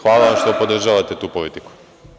Hvala što podržavate tu politiku.